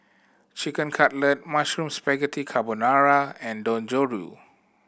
Chicken Cutlet Mushroom Spaghetti Carbonara and Dangojiru